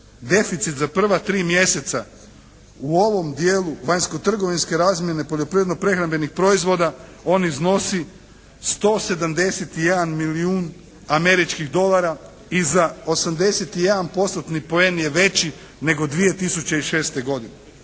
deficit za prva tri mjeseca u ovom dijelu vanjsko-trgovinske razmjene poljoprivredno-prehrambenih proizvoda on iznosi 171 milijun američkih dolara i za 81%-tni poen je veći nego 2006. godine.